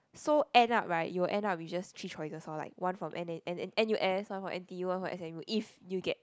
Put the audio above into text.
so end up right you will end up with just three choices lor like one from N N n_u_s one from n_t_u one from s_m_u if you get